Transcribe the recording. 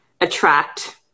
attract